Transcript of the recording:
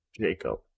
jacob